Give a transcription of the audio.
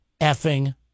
effing